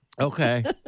Okay